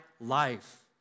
life